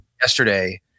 yesterday